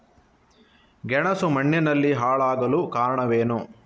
ಗೆಣಸು ಮಣ್ಣಿನಲ್ಲಿ ಹಾಳಾಗಲು ಕಾರಣವೇನು?